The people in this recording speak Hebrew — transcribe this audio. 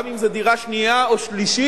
גם אם זה דירה שנייה או שלישית,